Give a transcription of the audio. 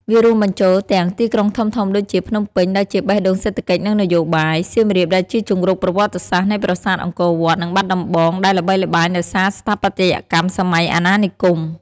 វារួមបញ្ចូលទាំង ទីក្រុងធំៗ ដូចជាភ្នំពេញ ដែលជាបេះដូងសេដ្ឋកិច្ចនិងនយោបាយ សៀមរាបដែលជាជង្រុកប្រវត្តិសាស្ត្រនៃប្រាសាទអង្គរវត្ត និងបាត់ដំបង ដែលល្បីល្បាញដោយសារស្ថាបត្យកម្មសម័យអាណានិគម។